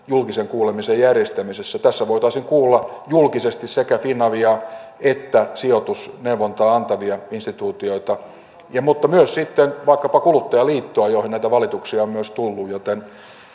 julkisen kuulemisen järjestämisessä tässä voitaisiin kuulla julkisesti sekä finanssivalvontaa että sijoitusneuvontaa antavia instituutioita mutta myös vaikkapa kuluttajaliittoa johon näitä valituksia on myös tullut